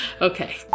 Okay